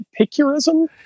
picurism